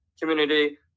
community